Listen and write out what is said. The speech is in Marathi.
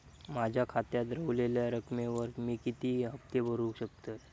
माझ्या खात्यात रव्हलेल्या रकमेवर मी किती हफ्ते भरू शकतय?